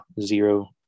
Zero